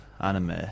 anime